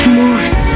moves